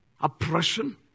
Oppression